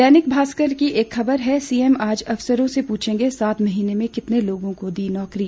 दैनिक भास्कर की एक खबर है सीएम आज अफसरों से पूछेंगे सात महीने में कितने लोगों को दी नौकरी